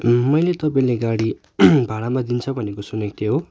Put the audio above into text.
मैले तपाईँले गाडी भाडामा दिन्छ भनेको सुनेको थिएँ हो